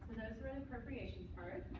those were the appropriation parts.